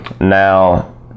Now